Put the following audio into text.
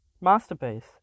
masterpiece